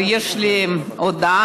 אבל יש לי הודעה,